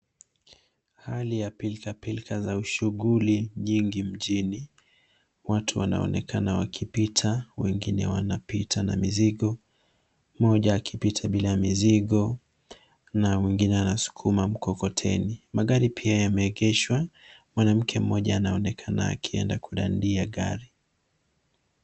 Hali ya pilkapilka za ushughuli nyingi mjini. Watu wanaonekana wakipita, wengine wanapita na mizigo, mmoja akipita bila mizigo na mwingine anasukuma mkokoteni. Magari pia yameegeshwa. Mwanamke mmoja anaonekana akienda kudandia gari.